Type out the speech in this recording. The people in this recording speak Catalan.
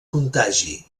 contagi